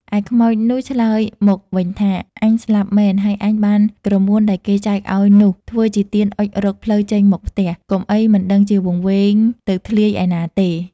ឯខ្មោចនោះឆ្លើយមកវិញថា "អញស្លាប់មែន, ហើយអញបានក្រមួនដែលគេចែកឲ្យនោះ ធ្វើជាទៀនអុជរកផ្លូវចេញមកផ្ទះ កុំអីមិនដឹងជាវង្វេងទៅធ្លាយឯណាទេ!" ។